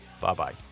bye-bye